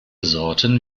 sorten